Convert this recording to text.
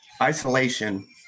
Isolation